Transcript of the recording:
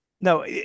No